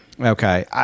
okay